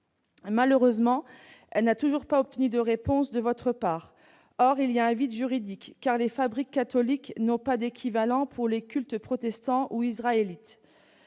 Malheureusement, cette question n'a toujours pas obtenu de réponse de votre part. Or il y a un vide juridique, car les fabriques catholiques n'ont pas d'équivalent pour les cultes protestant et israélite.